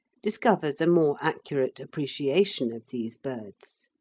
discovers a more accurate appreciation of these birds.